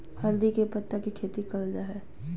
हल्दी के पत्ता के खेती करल जा हई